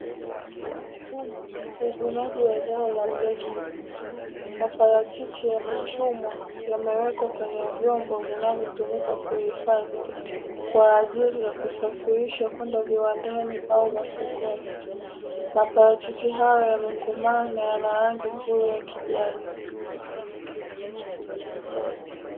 Uvunaji wa wa zao la mbesi maparachichi yamechumwa yamewekwa kwenye vyombo vinavyotumika kuhifadhi kwaajiri ya kusafirisha kwenda viwandani au masokoni maparachichi hayo yamekomaa na yana rangi nzuri ya kijani.